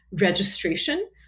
registration